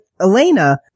Elena